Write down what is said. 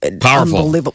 Powerful